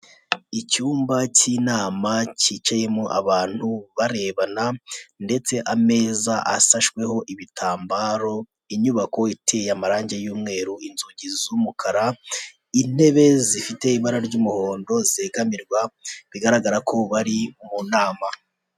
Icyumba cy'inama cyicayemo abantu barebana, ndetse ameza asashweho ibitambaro inyubako iteye amarangi y'umweru inzugi z'umukara, intebe zifite ibara ry'umuhondo zegamirwa bigaragara ko bari mu nama.